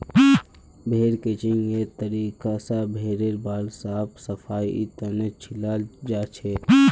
भेड़ क्रचिंगेर तरीका स भेड़ेर बाल साफ सफाईर तने छिलाल जाछेक